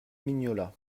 mignola